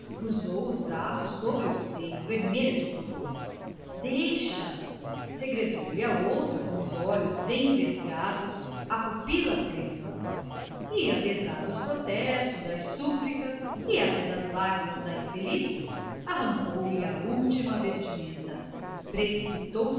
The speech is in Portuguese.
cruzou os braços sobre o seio vermelha de pudor deixa segredou-lhe a outra com os olhos envesgados a pupila trêmula e apesar dos protestos das súplicas e até das lágrimas da infeliz arrancou-lhe a última vestimenta e precipitou-se